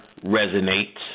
resonates